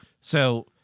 So-